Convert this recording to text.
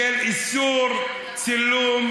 איסור צילום,